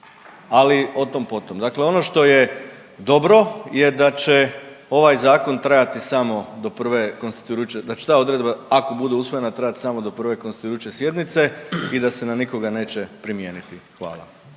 ali o tom-potom. Dakle ono što je dobro je da će ovaj zakon trajati samo do prve konstituirajuće, da će ta odredba, ako bude usvojena, trajati